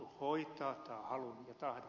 tämä on halun ja tahdon asia